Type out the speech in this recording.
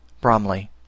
Bromley